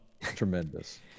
Tremendous